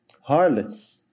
harlots